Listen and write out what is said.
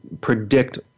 predict